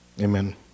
Amen